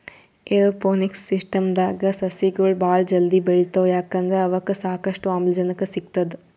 aeroponics ಸಿಸ್ಟಮ್ದಾಗ್ ಸಸಿಗೊಳ್ ಭಾಳ್ ಜಲ್ದಿ ಬೆಳಿತಾವ್ ಯಾಕಂದ್ರ್ ಅವಕ್ಕ್ ಸಾಕಷ್ಟು ಆಮ್ಲಜನಕ್ ಸಿಗ್ತದ್